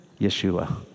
Yeshua